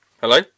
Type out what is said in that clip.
Hello